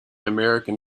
american